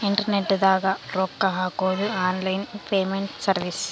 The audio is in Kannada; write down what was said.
ಇಂಟರ್ನೆಟ್ ದಾಗ ರೊಕ್ಕ ಹಾಕೊದು ಆನ್ಲೈನ್ ಪೇಮೆಂಟ್ ಸರ್ವಿಸ್